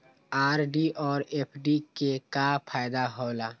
RD और FD के का फायदा हौला?